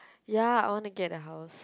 ya I want to get a house